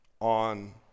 on